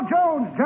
Jones